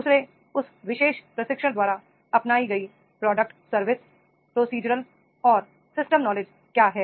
दू सरे उस विशेष प्रशिक्षण द्वारा अपनाई गई प्रोडक्ट स र्विस प्रोसीजरल और सिस्टम नॉलेज क्या है